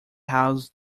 house